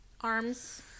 arms